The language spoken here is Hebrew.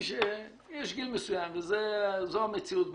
שיש גיל מסוים וזו המציאות בעולם,